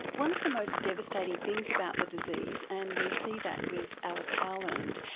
one of the most devastating things about the disease, and we see that with alice howland,